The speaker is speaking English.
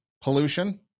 pollution